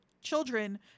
children